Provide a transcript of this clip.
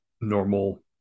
normal